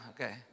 okay